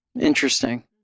Interesting